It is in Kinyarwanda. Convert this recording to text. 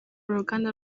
uruganda